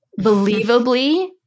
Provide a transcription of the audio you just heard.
believably